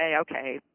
okay